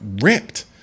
ripped